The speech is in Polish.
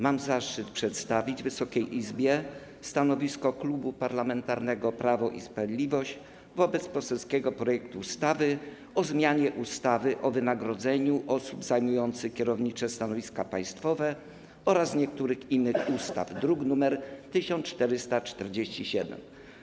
Mam zaszczyt przedstawić Wysokiej Izbie stanowisko Klubu Parlamentarnego Prawo i Sprawiedliwość wobec poselskiego projektu ustawy o zmianie ustawy o wynagrodzeniu osób zajmujących kierownicze stanowiska państwowe oraz niektórych innych ustaw, druk nr 1447.